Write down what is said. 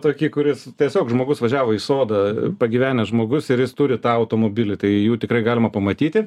tokį kuris tiesiog žmogus važiavo į sodą pagyvenęs žmogus ir jis turi tą automobilį tai jų tikrai galima pamatyti